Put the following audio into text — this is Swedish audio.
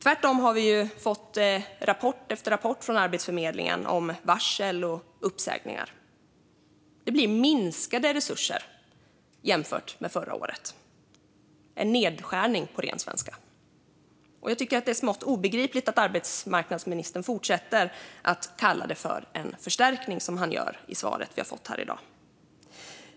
Vi har tvärtom fått rapport efter rapport från Arbetsförmedlingen om varsel och uppsägningar. Det blir minskade resurser jämfört med förra året, alltså en nedskärning, på ren svenska. Jag tycker att det är smått obegripligt att arbetsmarknadsministern fortsätter att kalla det en förstärkning, vilket han gör i svaren här i dag.